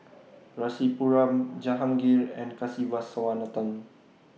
Rasipuram Jahangir and Kasiviswanathan